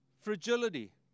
fragility